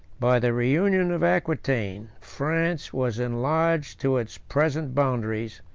by the reunion of aquitain, france was enlarged to its present boundaries,